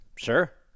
sure